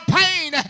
pain